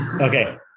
Okay